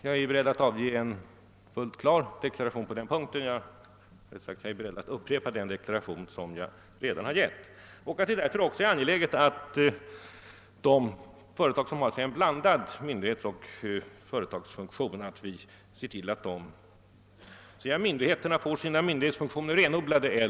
Jag är beredd att ge en fullt tydlig deklaration på den punkten — eller, rättare sagt, jag är beredd att upprepa den deklaration som jag redan har givit. Det är mot bakgrund av denna inställning angeläget att de företag som har en blandad myndighetsoch företagsfunktion får sina olika funktioner renodlade.